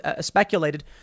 speculated